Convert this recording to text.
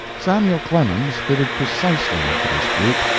samuel clemens fitted precisely into this group.